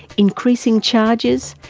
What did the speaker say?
increasing charges,